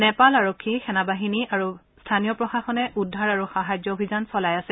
নেপাল আৰক্ষী সেনাবাহিনী আৰু স্থানীয় প্ৰশাসনে উদ্ধাৰ আৰু সাহায্য অভিযান চলাই আছে